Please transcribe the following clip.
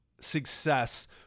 success